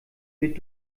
wird